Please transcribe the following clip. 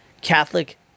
Catholic